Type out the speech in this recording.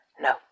No